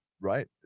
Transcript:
Right